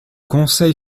conseil